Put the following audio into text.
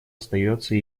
остается